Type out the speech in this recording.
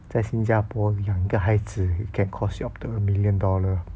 在新加坡养一个孩子 it can cost you up to a million dollar